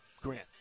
Grant